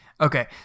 okay